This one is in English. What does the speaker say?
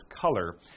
color